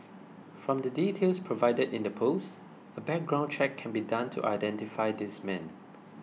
from the details provided in the post a background check can be done to identify this man